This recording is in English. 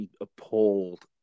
appalled